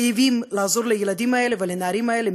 חייבים לעזור לילדים האלה ולנערים האלה,